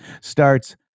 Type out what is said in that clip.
starts